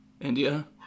India